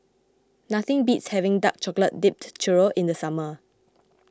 nothing beats having Dark Chocolate Dipped Churro in the summer